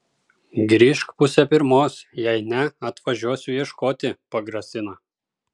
grįžk pusę pirmos jei ne atvažiuosiu ieškoti pagrasina